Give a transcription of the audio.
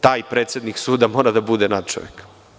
Taj predsednik suda mora da bude natčovek.